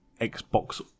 Xbox